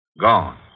Gone